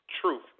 truth